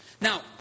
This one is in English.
Now